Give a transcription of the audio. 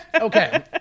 Okay